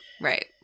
Right